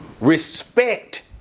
respect